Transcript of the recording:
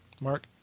Mark